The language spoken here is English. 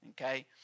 Okay